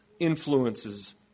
Influences